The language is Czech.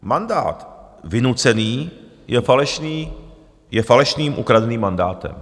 Mandát vynucený je falešný, je falešným, ukradeným mandátem.